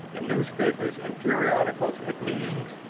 in newspapers, in periodicals, at meetings,